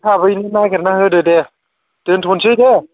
एसे थाबैनो नागिरनानै होदो दे दोनथ'नोसै दे